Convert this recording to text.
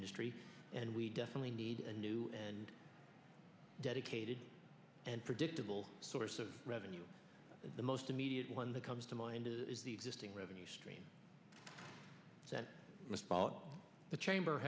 industry and we definitely need a new and dedicated and predictable source of revenue the most immediate one that comes to mind is the existing revenue stream sent this fall the chamber